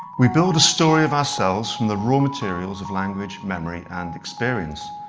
we build a story of ourselves from the raw materials of language, memory and experience.